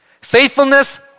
Faithfulness